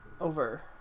Over